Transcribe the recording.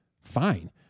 Fine